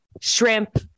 shrimp